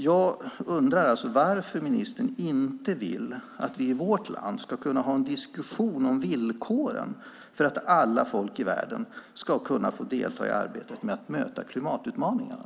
Jag undrar varför ministern inte vill att vi i vårt land ska kunna ha en diskussion om villkoren för att alla folk i världen ska kunna få delta i arbetet med att möta klimatutmaningarna.